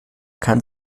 kann